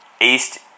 East